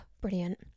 brilliant